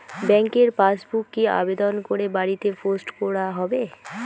ব্যাংকের পাসবুক কি আবেদন করে বাড়িতে পোস্ট করা হবে?